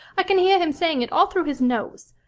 i can hear him saying it all through his nose.